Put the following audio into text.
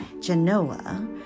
Genoa